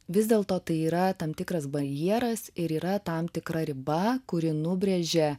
vis dėlto tai yra tam tikras barjeras ir yra tam tikra riba kuri nubrėžia